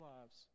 lives